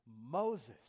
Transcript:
moses